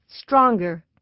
Stronger